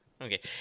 Okay